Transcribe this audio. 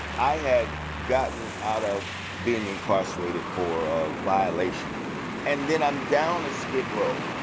i had gotten out of being incarcerated for a violation and then i'm down at skid row.